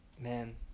man